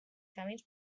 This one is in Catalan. camins